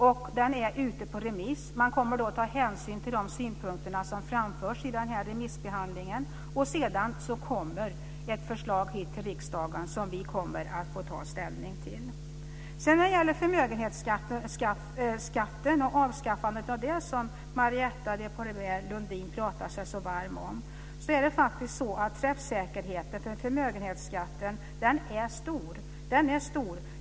Förslaget är ute på remiss, och man kommer att ta hänsyn till de synpunkter som framförs under remissbehandlingen. Sedan kommer det ett förslag till riksdagen som vi får ta ställning till. När det gäller förmögenhetsskatten och avskaffande av den, som Marietta de Pourbaix-Lundin pratar sig så varm för, är det faktiskt så att träffsäkerheten är stor.